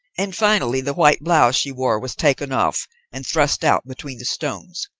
and finally the white blouse she wore was taken off and thrust out between the stones.